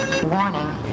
Warning